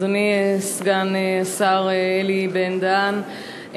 אדוני סגן השר אלי בן-דהן,